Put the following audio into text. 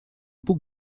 puc